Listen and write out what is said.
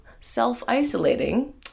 self-isolating